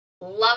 Love